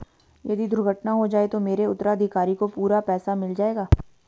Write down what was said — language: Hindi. यदि दुर्घटना हो जाये तो मेरे उत्तराधिकारी को पूरा पैसा मिल जाएगा?